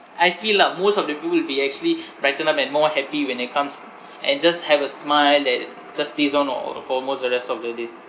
I feel ah most of the people will be actually brightened up and more happy when they comes and just have a smile at just this [one] or for most or rest of the day